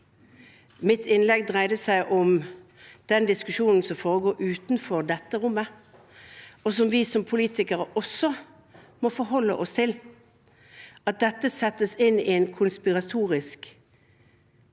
Mitt innlegg dreide seg om den diskusjonen som foregår utenfor dette rommet, og som vi som politikere også må forholde oss til – at dette settes inn i en konspiratorisk